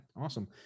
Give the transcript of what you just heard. awesome